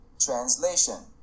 Translation